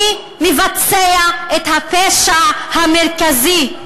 מי מבצע את הפשע המרכזי?